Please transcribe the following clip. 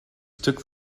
took